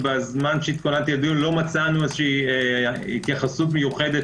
ובזמן שהתכוננתי לדיון לא מצאנו איזושהי התייחסות מיוחדת,